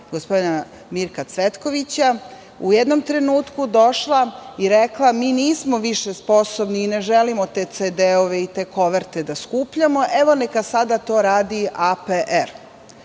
gospodina Mirka Cvetkovića u jednom trenutku došla i rekla – nismo više sposobni i ne želimo te CD-ve i te koverte da skupljamo, evo neka sada to radi APR.U